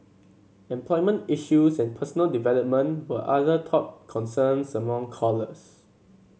employment issues and personal development were other top concerns among callers